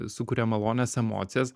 sukuria malonias emocijas